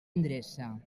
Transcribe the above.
endreça